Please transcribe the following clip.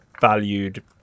valued